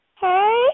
Hey